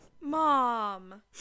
Mom